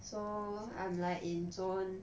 so I'm like in zone